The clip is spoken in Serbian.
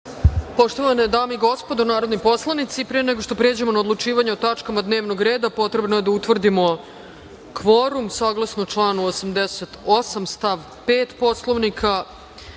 Poštovane dame i gospodo narodni poslanici, pre nego što pređemo na odlučivanje o tačkama dnevnog reda, potrebno je da utvrdimo kvorum. Saglasno članu 88. stav 5. Poslovnika